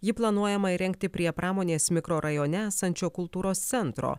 jį planuojama įrengti prie pramonės mikrorajone esančio kultūros centro